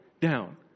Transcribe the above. Down